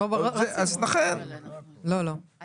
יש